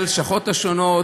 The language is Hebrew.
הלשכות השונות,